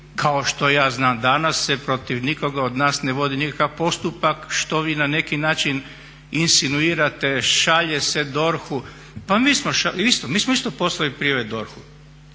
kao što ja znam danas se protiv nikoga od nas ne vodi nikakav postupak što vi na neki način insinuirate, šalje se DORH-u. Pa mi smo, mi smo isto poslali prijave DORH-u